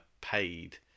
paid